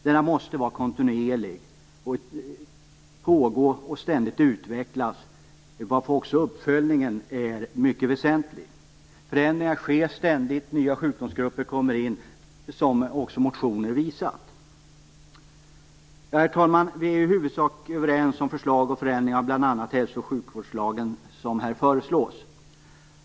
Denna måste vara kontinuerlig och ständigt pågå och utvecklas, varför också uppföljningen är högst väsentlig. Förändringar sker ständigt och nya sjukdomsgrupper kommer in, som motionerna visat på. Vi är i huvudsak överens om de förändringar av bl.a. hälsooch sjukvårdslagen som här föreslås.